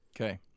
Okay